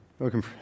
Welcome